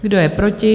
Kdo je proti?